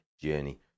journey